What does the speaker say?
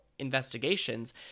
investigations